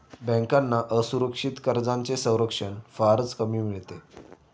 बँकांना असुरक्षित कर्जांचे संरक्षण फारच कमी मिळते